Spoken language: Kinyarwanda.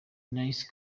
nice